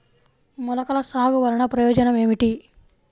మొలకల సాగు వలన ప్రయోజనం ఏమిటీ?